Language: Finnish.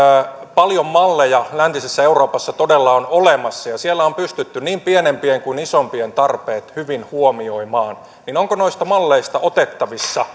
paljon malleja läntisessä euroopassa todella on olemassa ja siellä on pystytty niin pienempien kuin isompien tarpeet hyvin huomioimaan onko noista malleista otettavissa